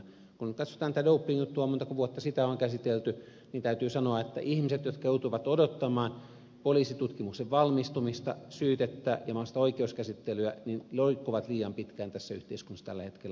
kun katsotaan tätä doping juttua montako vuotta sitä on käsitelty niin täytyy sanoa että ihmiset jotka joutuvat odottamaan poliisitutkimuksen valmistumista syytettä ja mahdollista oikeuskäsittelyä roikkuvat hirressä liian pitkään tässä yhteiskunnassa tällä hetkellä